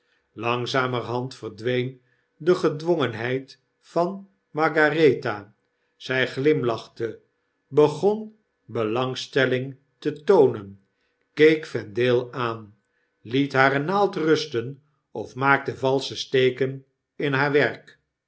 langzamerhand verdween de gedwongenheid van margarethe zy glimlachte begonbelangstelling te toonen keek vendaie aan liet hare naald rusten of maakte valsche steken in haar werk